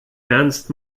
ernst